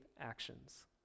actions